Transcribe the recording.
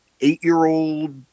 eight-year-old